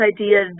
idea